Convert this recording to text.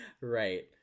Right